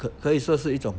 可以说是一种